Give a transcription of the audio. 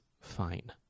fine